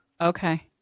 Okay